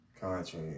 country